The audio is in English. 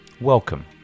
Welcome